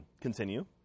Continue